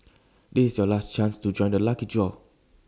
this is your last chance to join the lucky draw